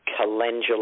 calendula